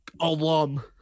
alum